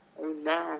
Amen